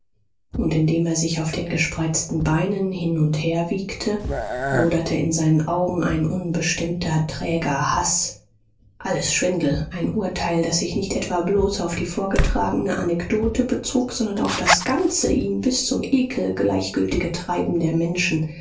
und indem er sich auf den gespreizten beinen hin und her wiegte loderte in seinen augen ein unbestimmter träger haß alles schwindel ein urteil das sich nicht etwa bloß auf die vorgetragene anekdote bezog sondern auf das ganze ihm bis zum ekel gleichgültige treiben der menschen